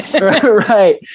Right